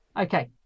okay